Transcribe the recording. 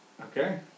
Okay